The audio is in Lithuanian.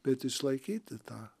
bet išlaikyti tą